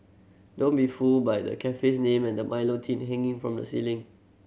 don't be fooled by the cafe's name and the Milo tin hanging from the ceiling